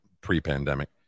pre-pandemic